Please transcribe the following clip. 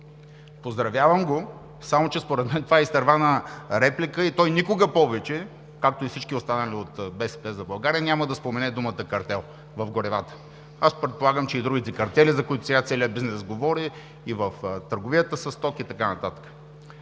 Поздравявам го, само че според мен това е изтървана реплика и той никога повече, както и всички останали от „БСП за България“, няма да спомене думата „картел“ в горивата, а предполагам, че и другите картели, за които сега целият бизнес говори – и в търговията със стоки, и така нататък.